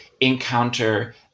encounter